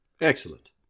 Excellent